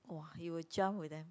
[wah] you will jump with them